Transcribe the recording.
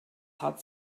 hat